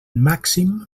màxim